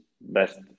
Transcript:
best